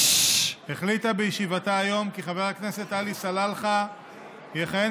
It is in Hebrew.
החליטה בישיבתה היום כי חבר הכנסת עלי סלאלחה יכהן